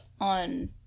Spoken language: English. on